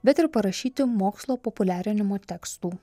bet ir parašyti mokslo populiarinimo tekstų